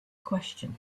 question